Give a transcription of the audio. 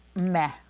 meh